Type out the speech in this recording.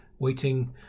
waiting